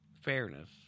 fairness